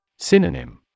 Synonym